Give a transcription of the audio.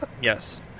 yes